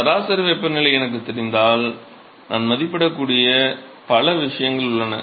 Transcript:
சராசரி வெப்பநிலை எனக்குத் தெரிந்தால் நான் மதிப்பிடக்கூடிய பல விஷயங்கள் உள்ளன